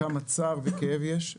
כמה צער וכאב יש,